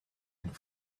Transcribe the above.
and